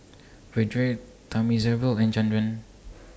Vedre Thamizhavel and Chandra